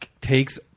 takes